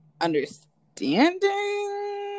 understanding